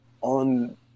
on